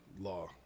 law